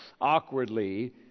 Awkwardly